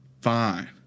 fine